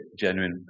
genuine